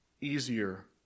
easier